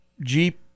Jeep